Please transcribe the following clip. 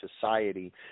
society